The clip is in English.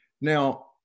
Now